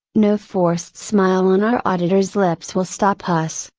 no forced smile on our auditor's lips will stop us,